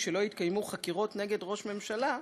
שלא יתקיימו חקירות נגד ראש ממשלה,